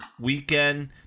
weekend